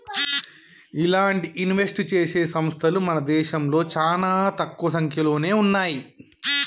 ఇలాంటి ఇన్వెస్ట్ చేసే సంస్తలు మన దేశంలో చానా తక్కువ సంక్యలోనే ఉన్నయ్యి